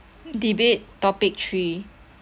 debate topic three